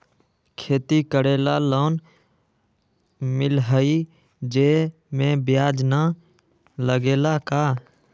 खेती करे ला लोन मिलहई जे में ब्याज न लगेला का?